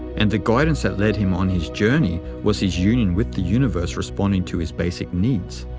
and the guidance that led him on his journey was his union with the universe responding to his basic needs.